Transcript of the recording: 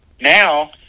Now